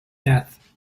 death